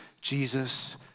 Jesus